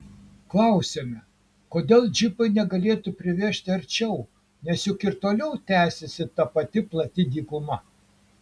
klausiame kodėl džipai negalėtų privežti arčiau nes juk ir toliau tęsiasi ta pati plati dykuma